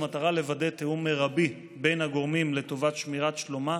במטרה לוודא תיאום מרבי בין הגורמים לטובת שמירת שלומה